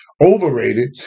overrated